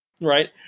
Right